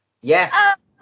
Yes